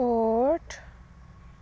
sport